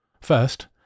First